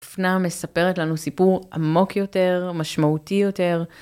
אופנה מספרת לנו סיפור עמוק יותר, משמעותי יותר.